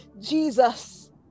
jesus